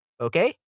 Okay